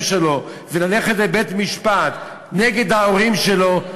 שלו וללכת לבית-משפט נגד ההורים שלו,